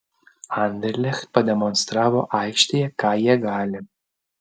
anderlecht pademonstravo aikštėje ką jie gali